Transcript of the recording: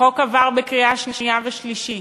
החוק עבר בקריאה שנייה ושלישית.